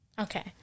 Okay